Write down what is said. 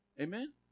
Amen